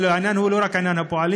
אבל העניין הוא לא רק עניין העובדים,